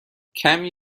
کمی